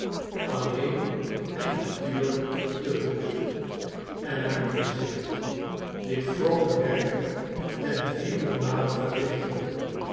alleen en natuurlyk te voet en naar men zegt dit vrome werk ten vierden male verrichtende